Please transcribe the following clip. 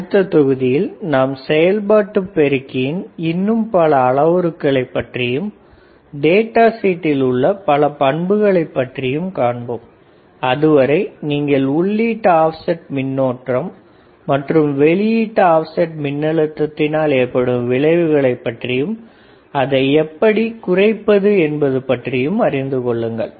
அடுத்த தொகுதியில் நாம் செயல்பாட்டு பெருக்கியின் இன்னும் பல அளவுருக்களை பற்றியும் டேட்டா ஷீட்டில் உள்ள பல பண்புகளையும் பற்றி காண்போம் அதுவரை நீங்கள் உள்ளீட்டு ஆப்செட் மின்னோட்டம் மற்றும் வெளியீட்டு ஆப்செட் மின் அழுத்தத்தினால் ஏற்படும் விளைவுகளைப் பற்றியும் அதை எப்படி குறைப்பது என்பதைப் பற்றியும் அறிந்து கொள்ளுங்கள்